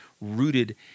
rooted